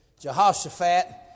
Jehoshaphat